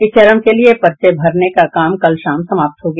इस चरण के लिए पर्चे भरने का काम कल शाम समाप्त हो गया